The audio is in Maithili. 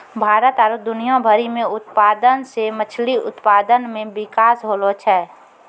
भारत आरु दुनिया भरि मे उत्पादन से मछली उत्पादन मे बिकास होलो छै